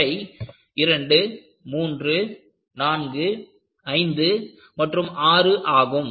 அவை 2345 மற்று 6 ஆகும்